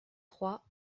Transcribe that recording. trois